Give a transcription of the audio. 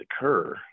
occur